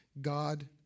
God